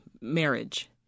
marriage